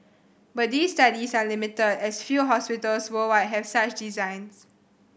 but these studies are limited as few hospitals worldwide have such designs